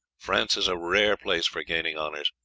france is a rare place for gaining honours,